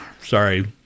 Sorry